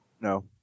No